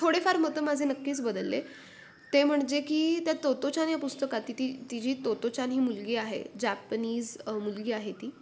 थोडेफार मतं माझे नक्कीच बदलले ते म्हणजे की त्या तोत्ताेचान या पुस्तकात ती ती ती जी तोत्ताेचान ही मुलगी आहे जापनीज मुलगी आहे ती